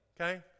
okay